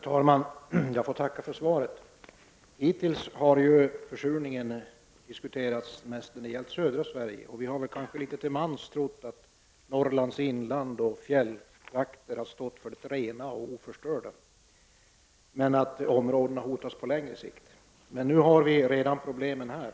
Herr talman! Jag får tacka för svaret. Hittills har man mest diskuterat den försurning som förekommit i södra Sverige. Vi har kanske litet till mans trott att Norrlands inland och fjälltrakter har varit rena och oförstörda och att dessa områden varit hotade först på längre sikt, men nu har vi redan problemen här.